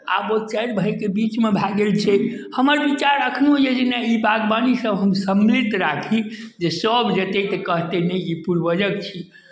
आब चारि भायके बीचमे भए गेल छै हमर विचार एखनहु यए जे नहि ई बागवानी से हम सम्मिलित राखी जे सभ जे अयतै से कहतै नहि ई पूर्वजक छी